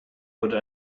but